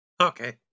Okay